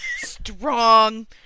strong